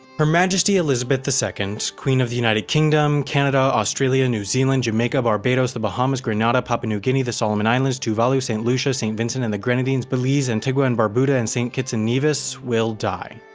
her majesty elizabeth the second, queen of the united kingdom, canada, australia, new zealand, jamaica, barbados, the bahamas, grenada, papau new guinea, the solomon islands, tuvalu, saint lucia, saint vincent and the grenadines, belize, antigua and barbuda, and saint kitts and nevis. will die.